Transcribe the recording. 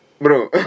Bro